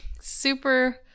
super